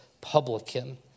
publican